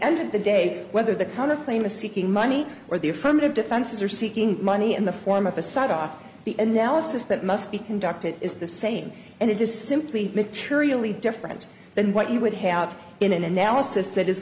end of the day whether the counterclaim a seeking money or the affirmative defenses are seeking money in the form of a side off the analysis that must be conducted is the same and it is simply materially different than what you would have in an analysis